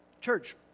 Church